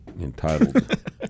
entitled